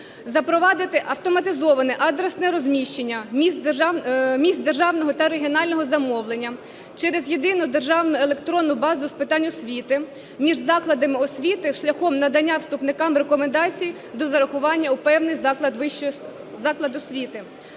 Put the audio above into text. Запровадити автоматизоване адресне розміщення місць державного та регіонального замовлення через Єдину державну електронну базу з питань освіти між закладами освіти шляхом надання вступникам рекомендацій до зарахування у певний заклад освіти.